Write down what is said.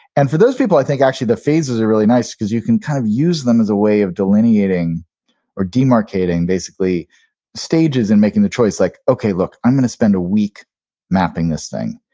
and for those people i think actually the phases are really nice because you can kind of use them as a way of delineating or demarcating basically stages in making the choice. like okay, look i'm going to spend a week mapping this thing.